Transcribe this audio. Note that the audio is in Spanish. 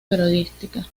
periodística